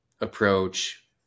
approach